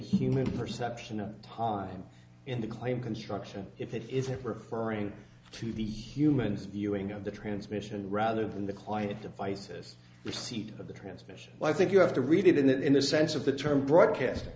human perception of time in the claim construction if it isn't referring to the humans viewing of the transmission rather than the client devices receipt of the transmission i think you have to read it in that in the sense of the term broadcasting